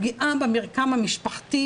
הפגיעה במרקם המשפחתי,